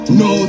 no